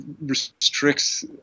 restricts